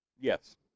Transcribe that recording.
Yes